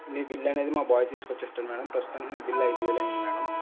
మీ bill అనేది మా boy తీసుకొచ్చి ఇస్తాడు మ్యాడమ్ ప్రస్తుతానికి మీ బిల్ ఐదు వేలు అయింది మ్యాడమ్